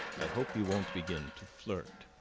i hope you won't begin to flirt,